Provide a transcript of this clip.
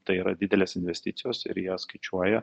tai yra didelės investicijos ir jie skaičiuoja